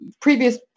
previous